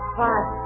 five